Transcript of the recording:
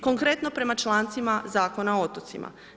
Konkretno, prema člancima Zakona o otocima.